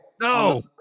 No